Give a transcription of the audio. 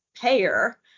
payer